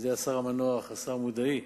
על-ידי השר המנוח מודעי.